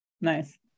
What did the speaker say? Nice